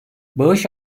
bağış